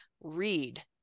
read